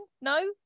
no